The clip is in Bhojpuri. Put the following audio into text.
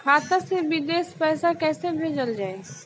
खाता से विदेश पैसा कैसे भेजल जाई?